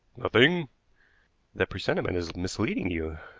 nothing that presentiment is misleading you.